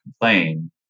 complain